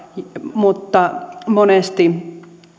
mutta monesti